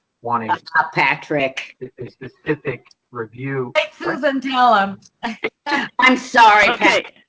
wanted patrick specific review and tell him i'm sorry. okay.